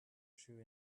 true